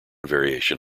variation